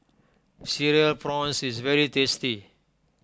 Cereal Prawns is very tasty